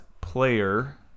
player